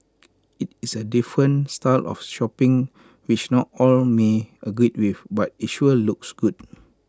IT is A different style of shopping which not all may agree with but IT sure looks good